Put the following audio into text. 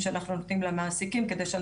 אנחנו בדיון הוועדה של היום מתכוונות ומתכוונים